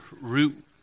root